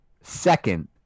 Second